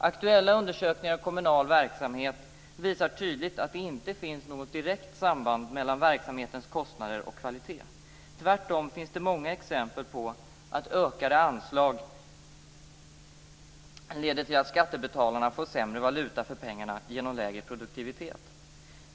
Aktuella undersökningar av kommunal verksamhet visar tydligt att det inte finns något direkt samband mellan verksamhetens kostnader och kvalitet. Tvärtom finns det många exempel på att ökade anslag leder till att skattebetalarna får sämre valuta för pengarna genom lägre produktivitet.